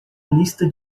lista